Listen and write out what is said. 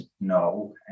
no